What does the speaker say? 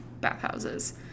bathhouses